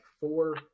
four